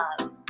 love